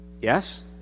Yes